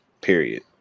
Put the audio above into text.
Period